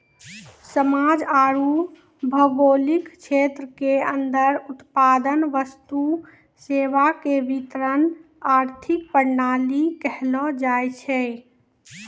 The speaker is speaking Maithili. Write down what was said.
समाज आरू भौगोलिक क्षेत्र के अन्दर उत्पादन वस्तु सेवा के वितरण आर्थिक प्रणाली कहलो जायछै